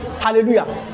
Hallelujah